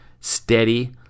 steady